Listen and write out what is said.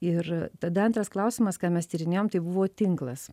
ir tada antras klausimas ką mes tyrinėjom tai buvo tinklas